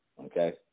okay